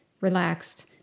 relaxed